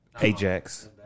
Ajax